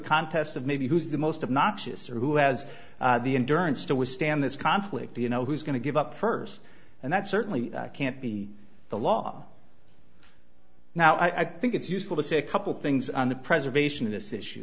contest of maybe who is the most of noxious or who has the insurance to withstand this conflict you know who's going to give up first and that certainly can't be the law now i think it's useful to say a couple things on the preservation of this issue